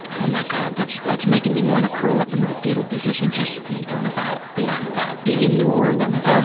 oh, my god, that's that's making me want to curl up into the fetal position just thinking about yeah that. yeah. being in new orleans ah